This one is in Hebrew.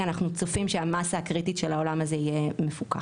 אנחנו צופים שהמסה הקריטית של העולם הזה יהיה מפוקח.